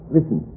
Listen